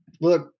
look